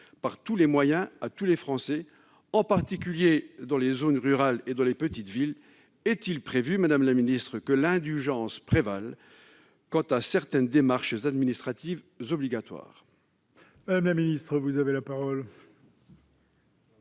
par tous les moyens à tous les Français, en particulier dans les zones rurales et les petites villes, est-il prévu, madame la ministre, que l'indulgence prévale quant à certaines démarches administratives obligatoires ?